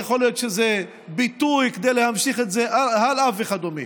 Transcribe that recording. יכול להיות שזה ביטוי כדי להמשיך את זה הלאה וכדומה.